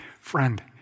Friend